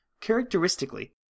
Characteristically